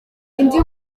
indi